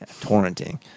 Torrenting